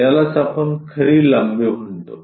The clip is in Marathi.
यालाच आपण खरी लांबी म्हणतो